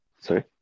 Sorry